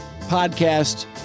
podcast